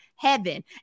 heaven